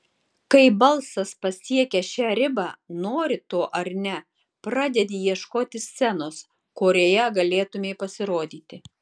kai balsas pasiekia šią ribą nori to ar ne pradedi ieškoti scenos kurioje galėtumei pasirodyti